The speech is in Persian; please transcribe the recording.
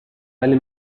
ولی